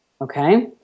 okay